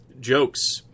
jokes